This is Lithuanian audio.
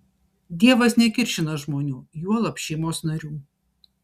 dievas nekiršina žmonių juolab šeimos narių